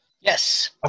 Yes